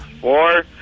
four